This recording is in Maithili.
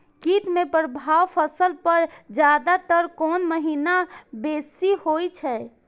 कीट के प्रभाव फसल पर ज्यादा तर कोन महीना बेसी होई छै?